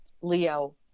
Leo